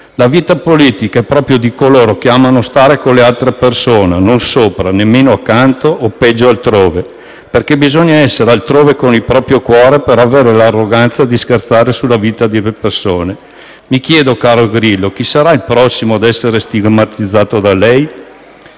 La vita politica è proprio di coloro che amano stare con le altre persone, non sopra, nemmeno accanto o, peggio, altrove, perché bisogna essere altrove con il proprio cuore per avere l'arroganza di scherzare sulla vita delle persone. Mi chiedo, caro Grillo, chi sarà il prossimo a essere stigmatizzato da lei?